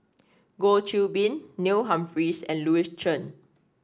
Goh Qiu Bin Neil Humphreys and Louis Chen